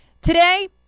Today